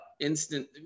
instant